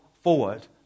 forward